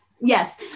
yes